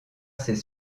ses